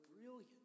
brilliant